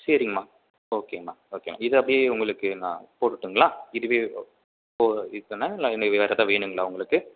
சரிங்கம்மா ஓகேங்கம்மா ஓகேங்க இதை அப்படியே உங்களுக்கு நான் போட்டுட்டுங்களா இதுவே போதும் இல்லை இன்னும் எதாவது வேணுங்களா உங்களுக்கு